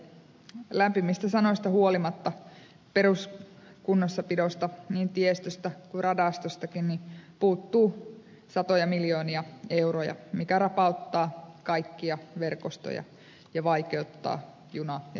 lämpimistä sanoista huolimatta niin tiestön kuin ratojen peruskunnossapidosta puuttuu satoja miljoonia euroja mikä rapauttaa kaikkia verkostoja ja vaikeuttaa juna ja tieliikennettä